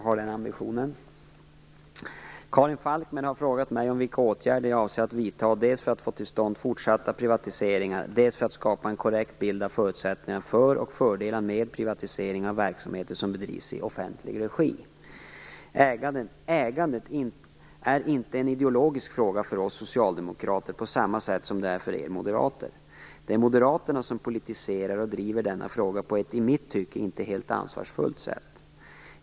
Fru talman! Karin Falkmer har frågat mig om vilka åtgärder jag avser att vidta dels för att få till stånd fortsatta privatiseringar, dels för att skapa en korrekt bild av förutsättningar för och fördelar med privatisering av verksamheter som bedrivs i offentlig regi. Ägandet är inte en ideologisk fråga för oss socialdemokrater på samma sätt som det är för er moderater. Det är moderaterna som politiserar och driver denna fråga på ett i mitt tycke inte helt ansvarsfullt sätt.